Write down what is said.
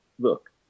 look